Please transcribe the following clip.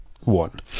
one